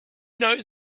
knows